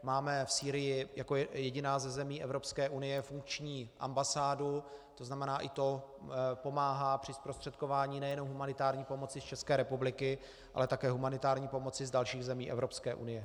Máme v Sýrii jako jediná ze zemí Evropské unie funkční ambasádu, tzn. i to pomáhá při zprostředkování nejenom humanitární pomoci z České republiky, ale také humanitární pomoci z dalších zemí Evropské unie.